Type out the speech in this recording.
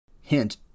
Hint